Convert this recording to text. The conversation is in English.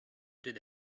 did